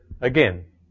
again